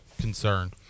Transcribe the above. concern